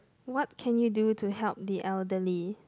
what can you do to help the elderly